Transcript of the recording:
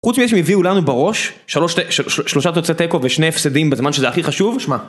חוץ ממי שהם הביאו לנו בראש שלושה תוצאי תיקו ושני הפסדים בזמן שזה הכי חשוב